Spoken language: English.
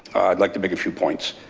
i'd like to make a few points.